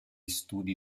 studi